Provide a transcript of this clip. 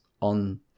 on